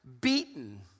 beaten